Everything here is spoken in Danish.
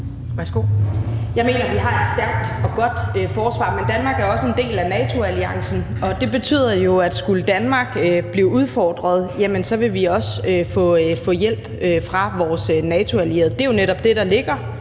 Jeg mener, vi har et stærkt og godt forsvar, men Danmark er også en del af NATO-alliancen, og det betyder jo, at skulle Danmark blive udfordret, vil vi også få hjælp fra vores NATO-allierede. Det er jo netop det, der ligger